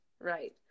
right